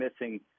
missing